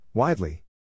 Widely